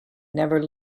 never